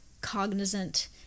cognizant